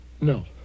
No